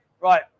right